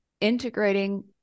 integrating